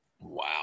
wow